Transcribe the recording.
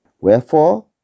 Wherefore